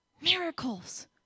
miracles